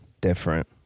different